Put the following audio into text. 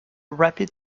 rapid